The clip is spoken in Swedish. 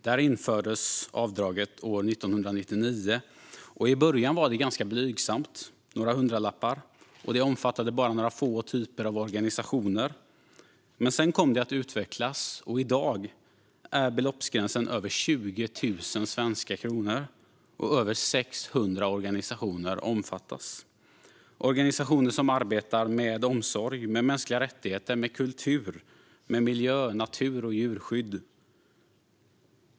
Där infördes avdraget år 1999. I början var det ganska blygsamt, några hundralappar, och det omfattade bara några få typer av organisationer. Men sedan kom det att utvecklas. I dag är beloppsgränsen över 20 000 svenska kronor, och över 600 organisationer omfattas. Det är organisationer som arbetar med omsorg, mänskliga rättigheter, kultur, miljö, natur och djurskydd.